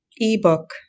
ebook